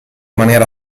maniera